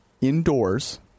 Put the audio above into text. Indoors